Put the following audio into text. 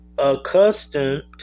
Accustomed